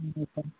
ம் yes sir